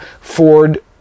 ford